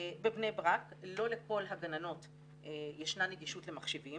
בבני ברק לא לכל הגננות ישנה נגישות למחשבים